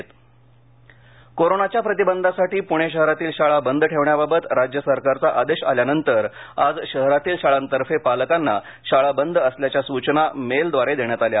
corona बंद कोरोनाच्या प्रतिबंधासाठी पुणे शहरातील शाळा बंद ठेवण्याबाबत राज्य सरकारचा आदेश आल्यानंतर आज शहरातील शाळांतर्फे पालकांना शाळा बंद असल्याच्या सूचना मेल द्वारे देण्यात आल्या